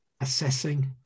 assessing